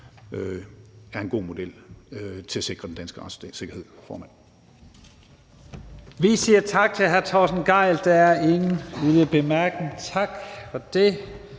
er en god model til at sikre den danske retssikkerhed.